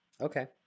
Okay